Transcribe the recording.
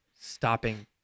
stopping